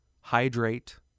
hydrate